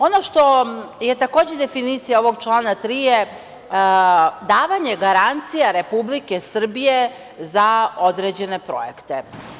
Ono što je, takođe, definicija ovog člana 3. je davanje garancije Republike Srbije za određene projekte.